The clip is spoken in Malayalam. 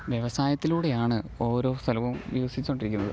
വ്യവസായത്തിലൂടെയാണ് ഓരോ സ്ഥലവും വികസിച്ചു കൊണ്ടിരിക്കുന്നത്